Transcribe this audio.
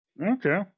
Okay